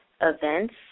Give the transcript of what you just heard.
Events